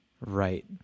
right